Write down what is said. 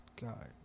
God